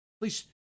please